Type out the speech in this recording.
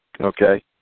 Okay